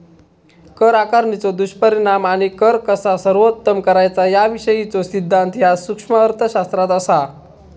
कर आकारणीचो दुष्परिणाम आणि कर कसा सर्वोत्तम करायचा याविषयीचो सिद्धांत ह्या सूक्ष्म अर्थशास्त्रात असा